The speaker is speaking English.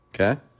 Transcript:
Okay